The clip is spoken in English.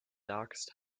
darkest